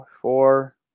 Four